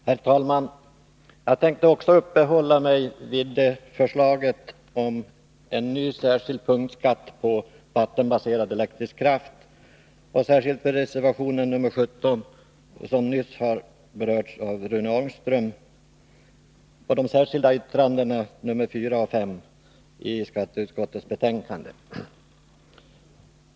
Herr talman! Jag tänkte också uppehålla mig vid förslaget om en ny särskild punktskatt på vattenbaserad elektrisk kraft och särskilt vid reservation 17, som nyss berörts av Rune Ångström, och de särskilda yttrandena 4 och 5 i skatteutskottets betänkande.